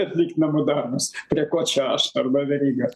atlikt namų darbus prie ko čia aš arba veryga